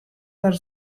behar